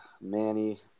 Manny